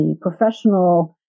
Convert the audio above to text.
professional